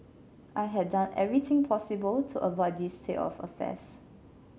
I had done everything possible to avoid this state of affairs